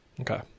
okay